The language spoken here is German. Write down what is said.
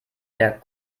der